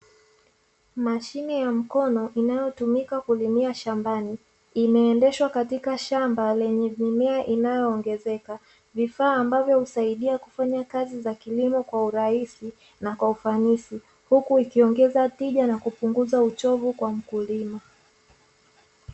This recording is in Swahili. Mashine ya mkono inayotumika kulimia shambani inaendeshwa katika shamba lenye mimea inayoongezeka, vifaa ambavyo husaidia kufanya kazi za kilimo kwa urahisi na kwa ufanisi, huku ikiongeza tija na kupunguza uchovu kwa mkulima.